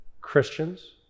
Christians